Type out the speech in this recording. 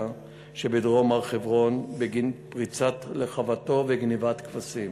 שבדרום הר-חברון בגין פריצה לחוותו וגנבת כבשים.